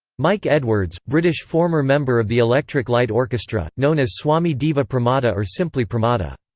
mike edwards, british former member of the electric light orchestra, known as swami deva pramada or simply pramada.